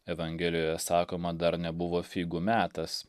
evangelijoje sakoma dar nebuvo figų metas